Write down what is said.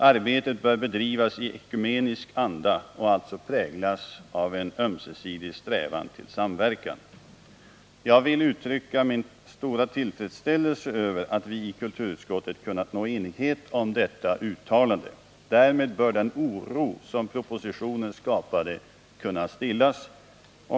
Arbetet bör bedrivas i ekumenisk anda och alltså präglas av en ömsesidig strävan till Jag vill uttrycka min stora tillfredsställelse över att vi i kulturutskottet mm.m. kunnat nå enighet om detta uttalande. Därmed bör den oro som propositionen skapade kunna stillas.